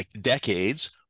decades